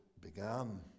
began